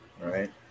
right